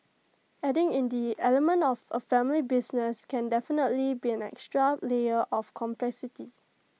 adding in the element of A family business can definitely be an extra layer of complexity